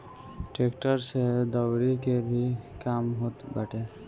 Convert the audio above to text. tractor से दवरी के भी काम होत बाटे